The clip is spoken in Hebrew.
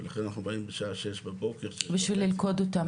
ולכן אנחנו באים בשעה 06:00 בבוקר --- בשביל ללכוד אותם.